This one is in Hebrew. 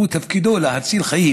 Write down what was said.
שתפקידו להציל חיים?